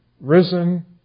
risen